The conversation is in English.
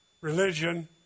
religion